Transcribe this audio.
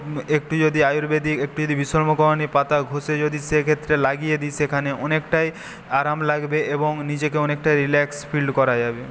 একটু যদি আয়ুর্বেদিক একটু যদি বিশল্যকরণী পাতা ঘষে যদি সেক্ষেত্রে লাগিয়ে দিই সেখানে অনেকটাই আরাম লাগবে এবং নিজেকে অনেকটাই রিল্যাক্স ফিল্ড করা যাবে